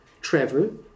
travel